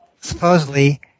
supposedly